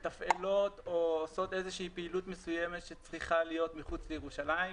שמתפעלות או עושות איזו שהיא פעילות מסוימת שצריכה להיות מחוץ לירושלים,